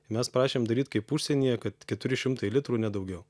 mes prašėm daryt kaip užsienyje kad keturi šimtai litrų ne daugiau